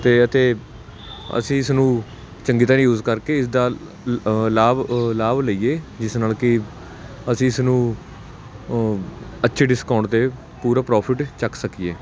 ਤਾਂ ਅਤੇ ਅਸੀਂ ਇਸ ਨੂੰ ਚੰਗੀ ਤਰ੍ਹਾਂ ਯੂਜ ਕਰਕੇ ਇਸਦਾ ਲ ਲਾਭ ਲਾਭ ਲਈਏ ਜਿਸ ਨਾਲ ਕਿ ਅਸੀਂ ਇਸ ਨੂੰ ਅੱਛੇ ਡਿਸਕਾਊਂਟ 'ਤੇ ਪੂਰਾ ਪ੍ਰੋਫਿਟ ਚੁੱਕ ਸਕੀਏ